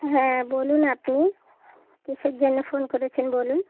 হ্যাঁ বলুন আপনি কীসের জন্যে ফোন করেছেন বলুন